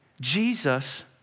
Jesus